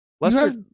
Lester